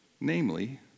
namely